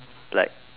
like